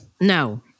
No